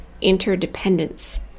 interdependence